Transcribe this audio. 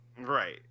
right